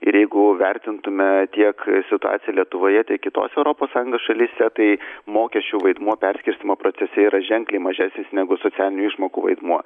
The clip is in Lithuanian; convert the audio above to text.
jeigu vertintumėme tiek situaciją lietuvoje tiek kitose europos sąjungos šalyse tai mokesčių vaidmuo perskirstymo procese yra ženkliai mažesnis negu socialinių išmokų vaidmuo